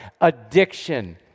addiction